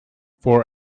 for